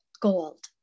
gold